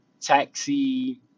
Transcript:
taxi